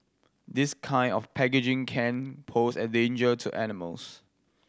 this kind of packaging can pose a danger to animals